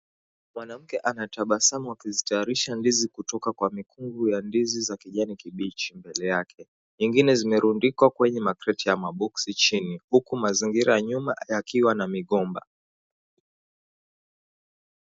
Mwanamke anatabasamu akizitayarisha ndizi kutoka kwenye mikunga ya ndizi za kijani kibichi mbele yake. Nyingine zimerundikwa kwenye makreti ya maboksi chini huku mazingira ya nyuma yakiwa na migomba.